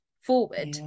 forward